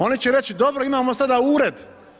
Oni će reći, dobro, imamo sada ured.